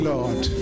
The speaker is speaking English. Lord